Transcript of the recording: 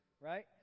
right